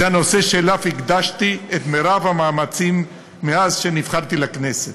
זה הנושא שלו הקדשתי את מרב המאמצים מאז נבחרתי לכנסת.